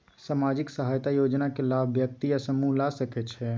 सामाजिक सहायता योजना के लाभ व्यक्ति या समूह ला सकै छै?